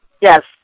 Yes